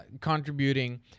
contributing